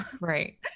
right